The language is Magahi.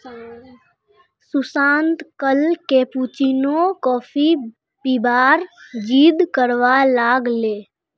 सुशांत कल कैपुचिनो कॉफी पीबार जिद्द करवा लाग ले